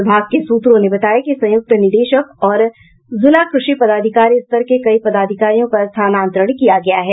विभाग के सूत्रों ने बताया कि संयुक्त निदेशक और जिला कृषि पदाधिकारी स्तर के कई पदाधिकारियों का स्थानांतरण किया गया है